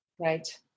Right